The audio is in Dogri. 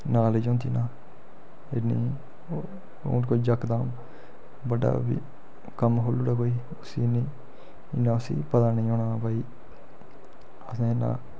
नालेज होंदी ना इ'न्नी ओह् होर कोई जकदम बड्डा बी कम्म खोलुड़ै कोई उसी इ'न्नी इ'न्ना पता नी होना हां भई असें इन्ना